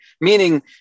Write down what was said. Meaning